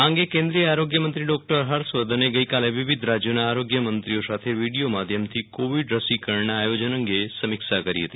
આ અંગે કેન્દ્રીય આરોગ્યમંત્રી ડોકટર હર્ષવર્ધને આજે વિવિધ રાજ્યોનાં આરોગ્યમંત્રીઓ સાથે વિડીયો કોન્ફરન્સથી કોવિડ રસીકરણનાં આયોજન અંગે સમીક્ષા કરી હતી